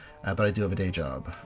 but i do have a day job.